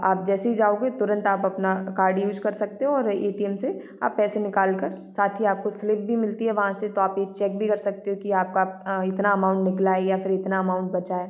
आप जैसे ही जाओगे तुरंत आप अपना कार्ड यूज़ कर सकते हो और ए टी एम से आप पैसे निकाल कर साथ ही आपको स्लिप भी मिलती है वहाँ से तो आप ये चेक भी कर सकते हो कि आपका अ इतना अमाउंट निकला है या फिर इतना अमाउंट बचा है